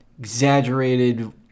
exaggerated